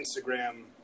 Instagram